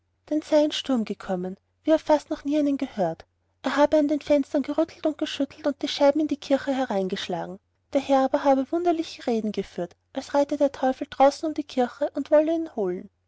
sei ein sturm gekommen wie er fast noch nie einen gehört er habe an den fenstern gerüttelt und geschüttelt und die scheiben in die kirche hereingeschlagen der herr aber habe wunderliche reden geführt als reite der teufel draußen um die kirche und wolle ihn holen